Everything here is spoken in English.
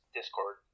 Discord